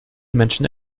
menschen